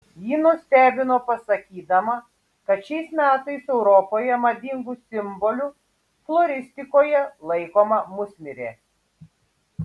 ji nustebino pasakydama kad šiais metais europoje madingu simboliu floristikoje laikoma musmirė